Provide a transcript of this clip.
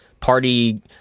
party